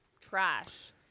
trash